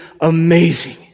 amazing